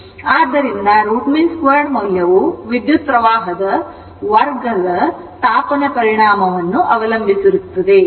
ಆದ್ದರಿಂದ root mean 2 ಮೌಲ್ಯವು ವಿದ್ಯುತ್ ಪ್ರವಾಹದ ವರ್ಗದ ತಾಪನ ಪರಿಣಾಮವನ್ನು ಅವಲಂಬಿಸಿರುತ್ತದೆ